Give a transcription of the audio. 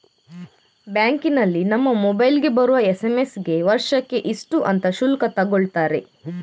ಬ್ಯಾಂಕಿನಲ್ಲಿ ನಮ್ಮ ಮೊಬೈಲಿಗೆ ಬರುವ ಎಸ್.ಎಂ.ಎಸ್ ಗೆ ವರ್ಷಕ್ಕೆ ಇಷ್ಟು ಅಂತ ಶುಲ್ಕ ತಗೊಳ್ತಾರೆ